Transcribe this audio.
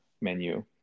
menu